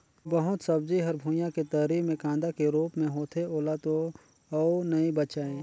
बहुत सब्जी हर भुइयां के तरी मे कांदा के रूप मे होथे ओला तो अउ नइ बचायें